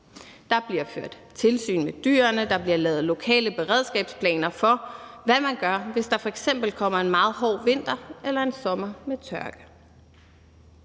Der bliver ført tilsyn med dyrene, og der bliver lavet lokale beredskabsplaner for, hvad man gør, hvis der f.eks. kommer en meget hård vinter eller en sommer med tørke.